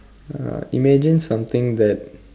uh imagine something that